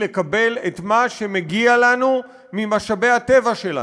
לקבל את מה שמגיע לנו ממשאבי הטבע שלנו.